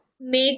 make